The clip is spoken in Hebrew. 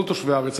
כל תושבי הארץ,